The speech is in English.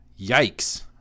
yikes